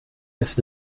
ist